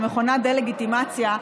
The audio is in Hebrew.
ומכונת דה-לגיטימציה,